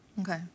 Okay